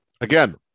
again